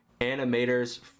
animators